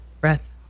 Breath